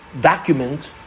Document